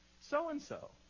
so-and-so